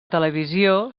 televisió